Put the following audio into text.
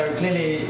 clearly